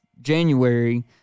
January